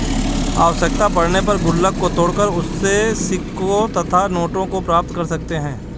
आवश्यकता पड़ने पर गुल्लक को तोड़कर उसमें से सिक्कों तथा नोटों को प्राप्त कर सकते हैं